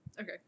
Okay